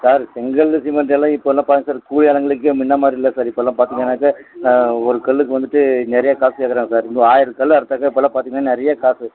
sir செங்கல் சிமெண்டெல்லாம் இப்போல்லாம் கூலி ஆளுங்களுக்கே முன்ன மாதிரி இல்லை சார் இப்போல்லாம் பார்த்திங்கன்னாக்க ஒரு கல்லுக்கு வந்துவிட்டு நிறைய காசு கேட்குறாங்க சார் இன்னும் ஆயிரம் கல் அறுத்தாக்கா இப்போல்லாம் பார்த்திங்கன்னா நிறைய காசு